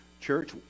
Church